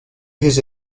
his